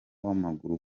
w’amaguru